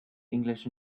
english